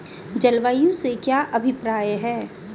जलवायु से क्या अभिप्राय है?